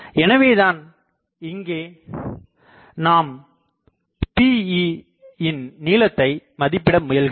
எனவேதான் இங்கே நாம் Peயின் நீளத்தை மதிப்பிட முயல்கிறோம்